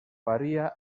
varia